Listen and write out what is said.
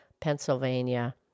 Pennsylvania